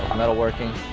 metalworking.